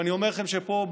ואני אומר לכם שפה,